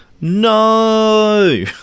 no